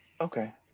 okay